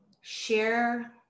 share